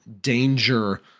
danger